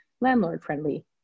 landlord-friendly